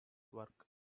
work